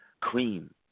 cream